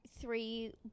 three